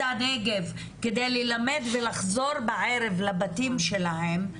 הנגב כדי ללמד ולחזור בערב לבתים שלהן?